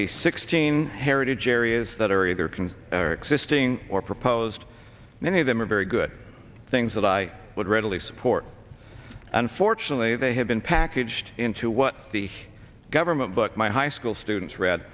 the sixteen heritage areas that are either can or existing or proposed many of them are very good things that i would readily support unfortunately they have been packaged into what the government but my high school students read